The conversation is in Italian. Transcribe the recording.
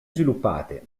sviluppate